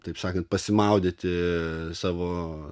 taip sakant pasimaudyti savo